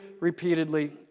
repeatedly